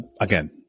again